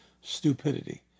stupidity